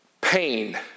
pain